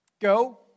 Go